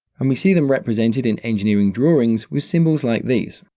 and we see them represented in engineering drawings with symbols like these.